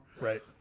Right